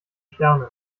sternen